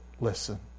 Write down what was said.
listen